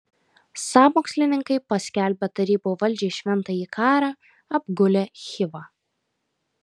sąmokslininkai paskelbę tarybų valdžiai šventąjį karą apgulė chivą